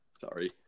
Sorry